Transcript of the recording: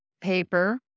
paper